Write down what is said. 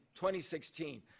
2016